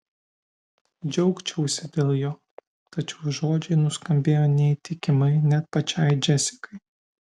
džiaugčiausi dėl jo tačiau žodžiai nuskambėjo neįtikimai net pačiai džesikai